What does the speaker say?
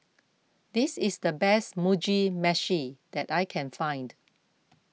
this is the best Mugi Meshi that I can find